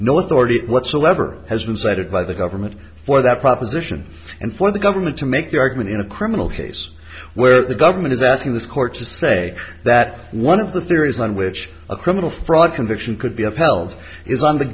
authority whatsoever has been cited by the government for that proposition and for the government to make the argument in a criminal case where the government is asking this court to say that one of the theories on which a criminal fraud conviction could be upheld is on the